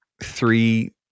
three